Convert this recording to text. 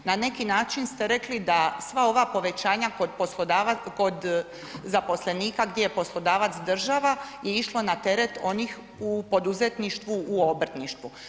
Na neki način ste rekli da sva ova povećanja kod zaposlenika gdje je poslodavac država je išlo na teret onih u poduzetništvu u obrtništvu.